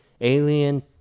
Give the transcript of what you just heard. alien